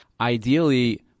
Ideally